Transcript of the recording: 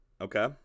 Okay